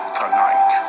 tonight